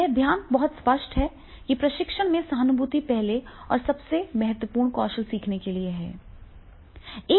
यहां ध्यान बहुत स्पष्ट है कि प्रशिक्षण में सहानुभूति पहले और सबसे महत्वपूर्ण कौशल सीखने के लिए है